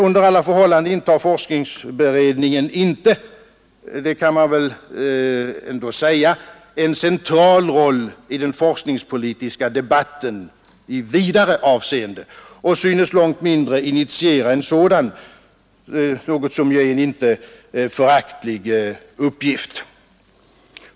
Under alla förhållanden intar forskningsberedningen inte, det kan man väl ändå säga, en central roll i den forskningspolitiska debatten i vidare bemärkelse och synes långt mindre initiera en sådan, något som ju är en inte föraktlig uppgift.